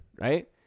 right